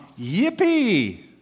yippee